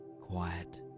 quiet